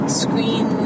screen